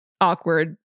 awkward